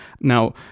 Now